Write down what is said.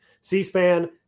C-SPAN